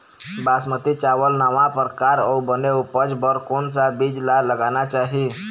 बासमती चावल नावा परकार अऊ बने उपज बर कोन सा बीज ला लगाना चाही?